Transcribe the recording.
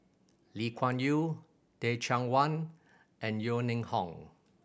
Lee Kuan Yew Teh Cheang Wan and Yeo Ning Hong